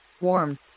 warm